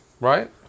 right